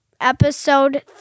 episode